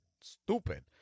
stupid